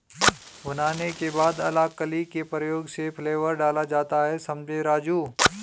भुनाने के बाद अलाकली के प्रयोग से फ्लेवर डाला जाता हैं समझें राजु